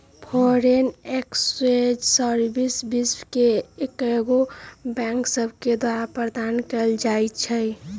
foreign exchange service विश्व के कएगो बैंक सभके द्वारा प्रदान कएल जाइ छइ